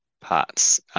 parts